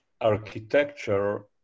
architecture